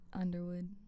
Underwood